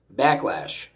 backlash